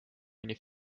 mõni